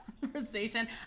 conversation